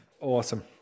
Awesome